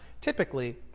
typically